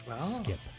Skip